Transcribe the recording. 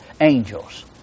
angels